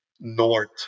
north